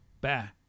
Bye